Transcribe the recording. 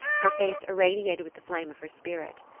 her face irradiated with the flame of her spirit.